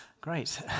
Great